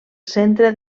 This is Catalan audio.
centre